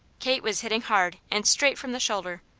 kate was hitting hard and straight from the shoulder.